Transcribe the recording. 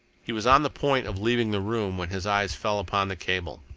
he was on the point of leaving the room when his eyes fell upon the cable.